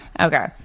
Okay